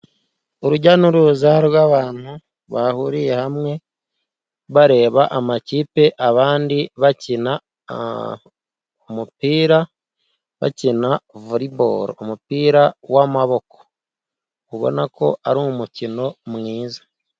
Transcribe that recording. Urujya n'uruza rw'abantu bahuriye hamwe bareba amakipe abandi bakina umupira, bakina volebolo umupira wamaboko, ubona ko ari umukino mwiza.